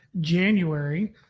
January